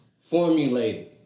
formulated